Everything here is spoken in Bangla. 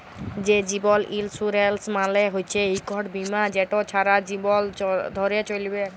যে জীবল ইলসুরেলস মালে হচ্যে ইকট বিমা যেট ছারা জীবল ধ্যরে চ্যলবেক